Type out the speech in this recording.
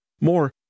more